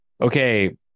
okay